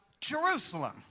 Jerusalem